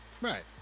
right